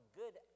good